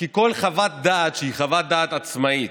כי כל חוות דעת שהיא חוות דעת עצמאית,